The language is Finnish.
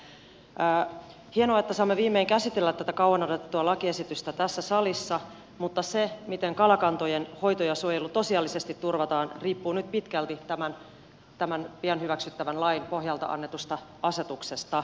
hienoa että saamme viimein käsitellä tätä kauan odotettua lakiesitystä tässä salissa mutta se miten kalakantojen hoito ja suojelu tosiasiallisesti turvataan riippuu nyt pitkälti tämän pian hyväksyttävän lain pohjalta annetusta asetuksesta